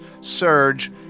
surge